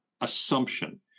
assumption